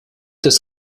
das